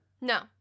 No